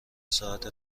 ساعت